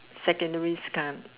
secondary's time